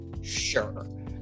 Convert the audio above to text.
sure